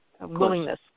willingness